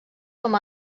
com